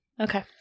Okay